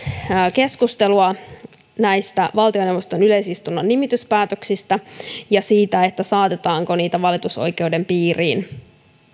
keskustelua näistä valtioneuvoston yleisistunnon nimityspäätöksistä ja siitä saatetaanko niitä valitusoikeuden piiriin